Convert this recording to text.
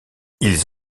ils